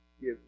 give